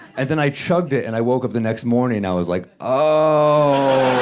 and then i chugged it, and i woke up the next morning, and i was like oh.